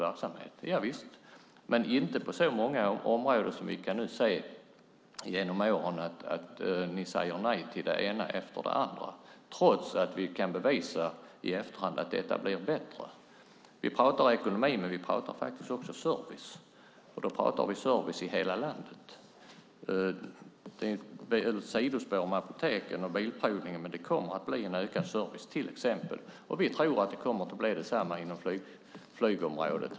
Javisst är det så men inte på alla de områden där ni under årens lopp sagt nej till det ena efter det andra trots att vi i efterhand kunnat bevisa att det blivit bättre. Vi pratar om ekonomi, men vi pratar faktiskt också om service - service i hela landet. Apoteken och bilprovningen är sidospår. Det kommer att bli exempelvis ökad service. Vi tror att det blir på samma sätt inom flyget.